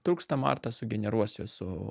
trūkstamą artą sugeneruosiu su